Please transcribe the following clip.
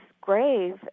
grave